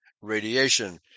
radiation